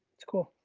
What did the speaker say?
it's cool,